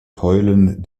heulen